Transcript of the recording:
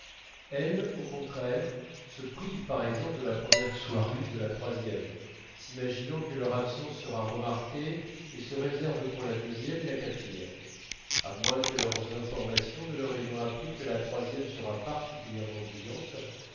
elles au contraire se privent par exemple de la première soirée et de la troisième s'imaginant que leur absence sera remarquée et se réservent pour la deuxième et la quatrième à moins que leurs informations leur ayant appris que la troisième sera particulièrement brillante